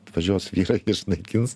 atvažiuos vyrai išnaikins